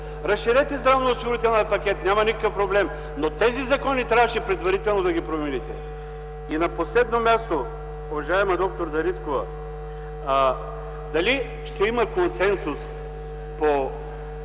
Разширете здравноосигурителния пакет. Няма никакъв проблем. Но тези закони трябваше предварително да ги промените. И на последно място, уважаема д-р Дариткова, дали ще има консенсус по